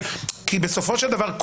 בסופו של דבר,